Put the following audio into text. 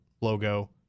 logo